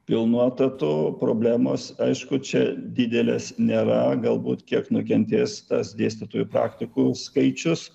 pilnu etatu problemos aišku čia didelės nėra galbūt kiek nukentės tas dėstytojų praktikų skaičius